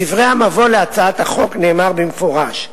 בדברי המבוא להצעת החוק נאמר במפורש: